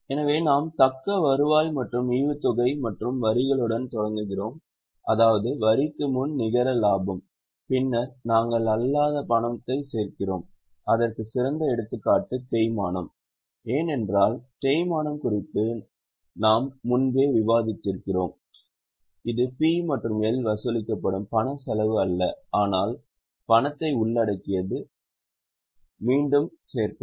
எனவே நாம் தக்க வருவாய் மற்றும் ஈவுத்தொகை மற்றும் வரிகளுடன் தொடங்குகிறோம் அதாவது வரிக்கு முன் நிகர லாபம் பின்னர் நாம் பணம் அல்லாத பொருளை சேர்க்கிறோம் இதற்கு சிறந்த எடுத்துக்காட்டு தேய்மானம் ஏனென்றால் தேய்மானம் குறித்து நாம் முன்பே விவாதித்திருக்கிறோம் இது P மற்றும் L வசூலிக்கப்படும் பணச் செலவு அல்ல பணத்தை உள்ளடக்கியது கூட அல்ல அதனால் இதை மீண்டும் சேர்ப்போம்